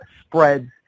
spreads